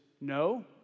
no